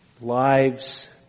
lives